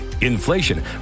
inflation